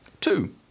Two